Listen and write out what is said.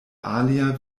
alia